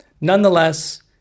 Nonetheless